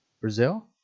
Brazil